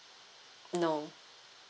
no